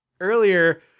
earlier